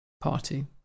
party